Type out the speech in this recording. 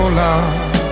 love